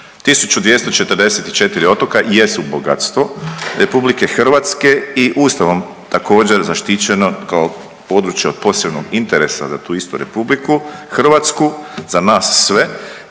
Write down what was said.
1244 otoka jesu bogatstvo RH i Ustavom također zaštićeno kao područje od posebnog interesa za tu istu RH, za nas sve